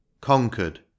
Conquered